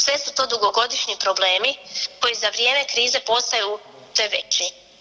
Sve su to dugogodišnji problemi koji za vrijeme krize postaju sve veći.